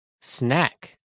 snack